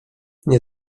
nie